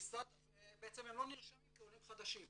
ובעצם הם לא נרשמים כעולים חדשים.